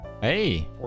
Hey